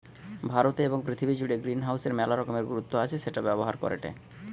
ভারতে এবং পৃথিবী জুড়ে গ্রিনহাউসের মেলা রকমের গুরুত্ব আছে সেটা ব্যবহার করেটে